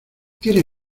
tiene